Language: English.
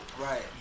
Right